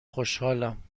خوشحالم